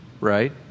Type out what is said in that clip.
Right